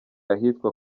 ahitwa